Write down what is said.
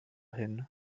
hin